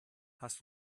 hast